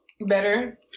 better